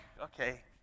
okay